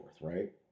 right